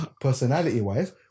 personality-wise